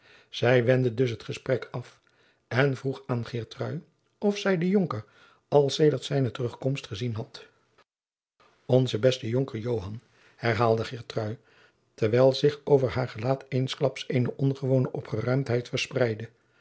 zij wendde dus het gesprek af en vroeg aan geertrui of zij den jonker al sedert zijne terugkomst gezien had onzen besten jonker joan herhaalde geertrui terwijl zich over haar gelaat eensklaps eene ongewone opgeruimdheid verspreidde